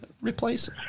replace